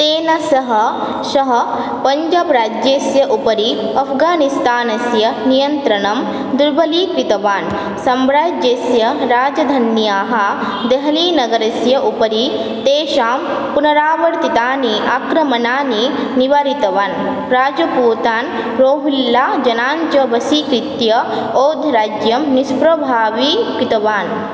तेन सह सः पञ्जाब् राज्यस्य उपरि अफ़्गानिस्तानस्य नियन्त्रणं दुर्बलीकृतवान् सम्राज्यस्य राजधान्याः देहलीनगरस्य उपरि तेषां पुनरावर्तितानि आक्रमणानि निवरितवान् राजपूतान् रौहिल्लाजनान् च वशीकृत्य अवधराज्यं निष्प्रभवीकृतवान्